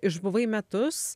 išbuvai metus